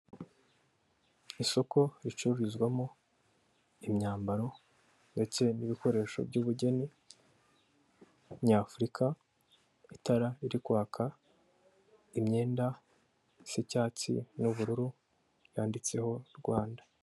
Isoko ricururizwamo imyambaro ndetse n'ibikoresho by'ubugeni nyafurika, itara riri kwaka, imyenda isa icyatsi n'ubururu yanditseho Rwanda.